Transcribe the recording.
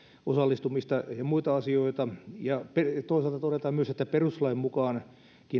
osallistumista ja muita asioita toisaalta todetaan myös että perustuslainkin mukaan